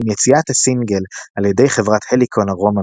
עם יציאת הסינגל על ידי חברת הליקון ארומה